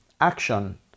action